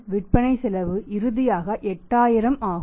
விற்பனை செலவு இறுதியாக 8000 ஆகும்